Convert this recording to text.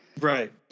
Right